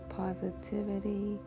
positivity